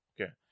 Okay